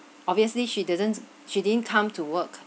obviously she doesn't she didn't come to work